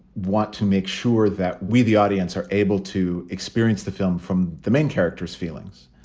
want to make sure that we, the audience, are able to experience the film from the main character's feelings.